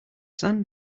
sand